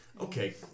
Okay